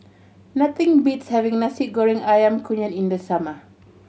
nothing beats having Nasi Goreng Ayam Kunyit in the summer